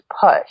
push